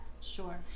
Sure